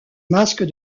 masques